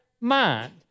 mind